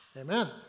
Amen